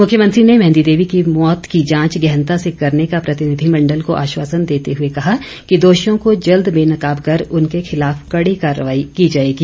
मुख्यमंत्री ने मेंहदी देवी की मौत की जांच गहनता से करने का प्रतिनिधिमंडल को ऑश्वासन देते हुए कहा कि दोषियों को जल्द बेनकाब कर उनके खिलाफ कड़ी कार्यवाही की जाएगी